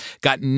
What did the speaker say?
got